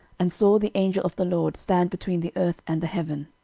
and saw the angel of the lord stand between the earth and the heaven,